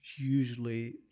usually